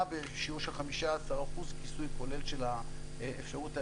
בשיעור של 15% כיסוי כולל של אפשרות ההפסד.